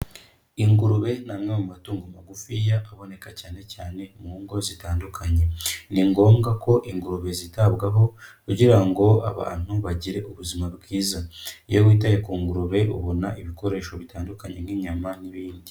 Ingurube ni amwe mu matungo magufiya aboneka cyane cyane mu ngo zitandukanye, ni ngombwa ko ingurube zitabwaho, kugira ngo abantu bagire ubuzima bwiza. Iyo witaye ku ngurube ubona ibikoresho bitandukanye nk'inyama n'ibindi.